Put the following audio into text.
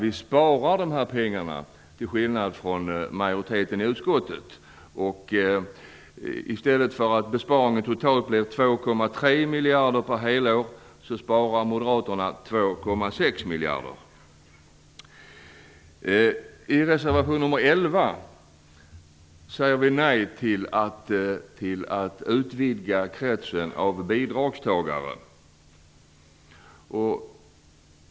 Vi sparar dessa pengar, till skillnad från majoriteten i utskottet. I stället för en besparing på totalt 2,3 miljarder per helår vill moderaterna spara 2,6 miljarder. I reservation nr 11 säger vi nej till att utvidga kretsen av bidragstagare.